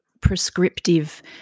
prescriptive